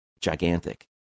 gigantic